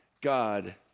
God